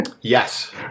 Yes